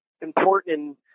important